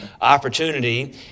opportunity